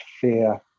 fear